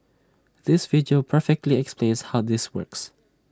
this video perfectly explains how this works